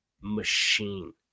machine